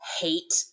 hate